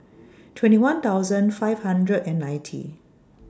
twenty one thousand five hundred and ninety